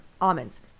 almonds